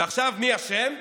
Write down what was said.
ועכשיו מי אשם?